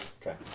Okay